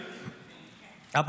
מי?